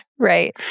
Right